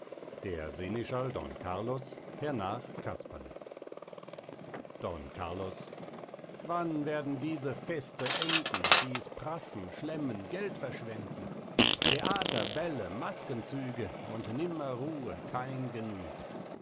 der seneschal don carlos hernach casperle don carlos wann werden diese feste enden dieß prassen schlemmen geldverschwenden theater bälle maskenzüge und nimmer ruhe kein genüge